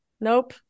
Nope